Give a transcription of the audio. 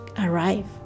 arrive